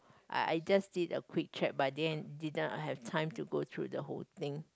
I I just did a quick check but I didn't didn't I have time to go through the whole thing